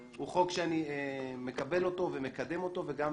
הוא חוק שאני מקבל אותו ומקדם אותו וגם